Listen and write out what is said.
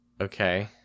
Okay